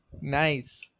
nice